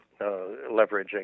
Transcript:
leveraging